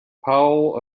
powell